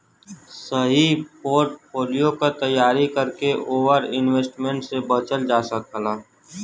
सही पोर्टफोलियो क तैयारी करके ओवर इन्वेस्टमेंट से बचल जा सकला